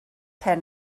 hen